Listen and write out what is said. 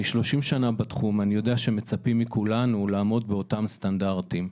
אני 30 שנה בתחום ואני יודע שמצפים מכולנו לעמוד באותם סטנדרטיים.